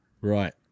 right